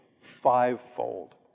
fivefold